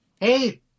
Hey